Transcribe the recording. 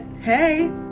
hey